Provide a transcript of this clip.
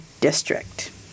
district